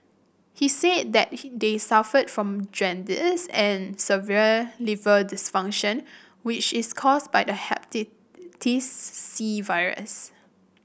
he said that they suffered from jaundice and severe liver dysfunction which is caused by the Hepatitis C virus